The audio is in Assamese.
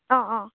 অঁ অঁ